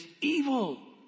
evil